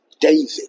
David